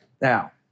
Now